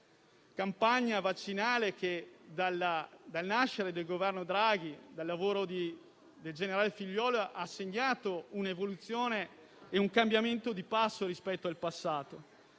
campagna vaccinale che, con la nascita del Governo Draghi e il lavoro del generale Figliuolo, ha segnato un'evoluzione e un cambio di passo rispetto al passato.